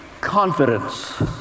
confidence